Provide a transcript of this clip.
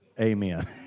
Amen